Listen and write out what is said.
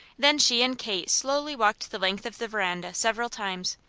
then she and kate slowly walked the length of the veranda several times,